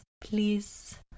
please